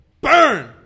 burn